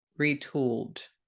retooled